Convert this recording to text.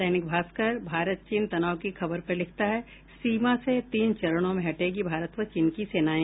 दैनिक भास्कर भारत चीन तनाव की खबर पर लिखता है सीमा से तीन चरणों में हटेगी भारत व चीन की सेनाएं